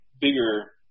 bigger